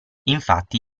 infatti